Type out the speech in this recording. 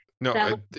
No